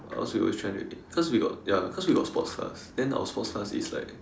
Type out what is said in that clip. cause we always training ya cause we got sports class then our sports class is like